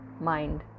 mind